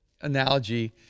analogy